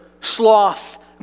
sloth